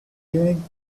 evening